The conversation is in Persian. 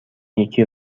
یکی